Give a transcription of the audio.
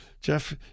Jeff